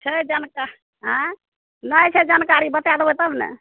छै जानकारी आँए नहि छै जानकारी बता देबै तब ने